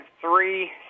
three